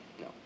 No